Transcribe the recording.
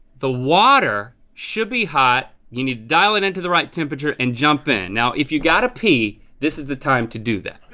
the water should be hot. you need to dial it into the right temperature and jump in, now if you gotta pee, this is the time to do that.